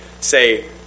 say